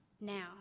now